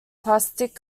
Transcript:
plastic